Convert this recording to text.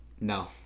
No